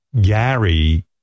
gary